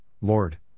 Lord